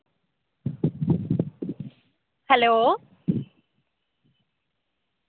hello